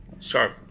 sharp